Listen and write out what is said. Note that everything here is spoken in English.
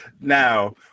Now